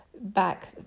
back